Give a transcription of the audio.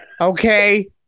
Okay